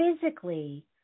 physically